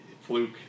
fluke